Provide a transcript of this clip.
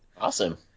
Awesome